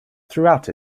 throughout